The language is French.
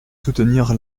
soutenir